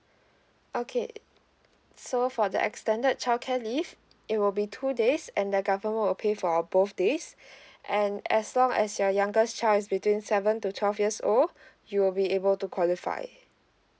okay so for the extended childcare leave it will be two days and the government will pay for a both days and as long as your youngest child is between seven to twelve years old you will be able to qualify